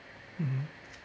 mmhmm